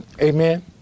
Amen